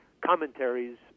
commentaries